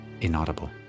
inaudible